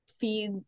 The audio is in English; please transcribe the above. feed